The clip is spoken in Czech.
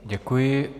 Děkuji.